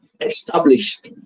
established